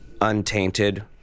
untainted